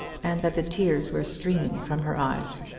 and that the tears were streaming from her eyes.